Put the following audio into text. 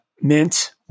Mint